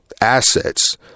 assets